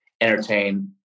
entertain